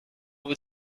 with